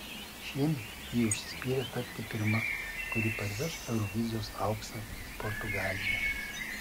šiemet ji užsispyrė tapti pirma kuri parveš eurovizijos auksą į portugaliją